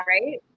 right